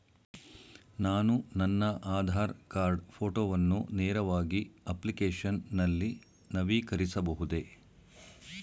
ನಾನು ನನ್ನ ಆಧಾರ್ ಕಾರ್ಡ್ ಫೋಟೋವನ್ನು ನೇರವಾಗಿ ಅಪ್ಲಿಕೇಶನ್ ನಲ್ಲಿ ನವೀಕರಿಸಬಹುದೇ?